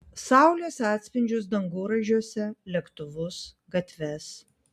saulės atspindžius dangoraižiuose lėktuvus gatves